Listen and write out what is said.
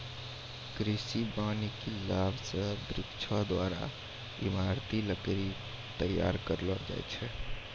कृषि वानिकी लाभ से वृक्षो द्वारा ईमारती लकड़ी तैयार करलो जाय छै